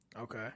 Okay